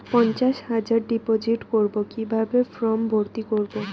পঞ্চাশ হাজার ডিপোজিট করবো কিভাবে ফর্ম ভর্তি করবো?